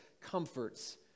comforts